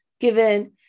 given